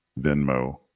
Venmo